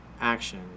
action